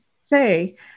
say